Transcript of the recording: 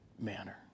manner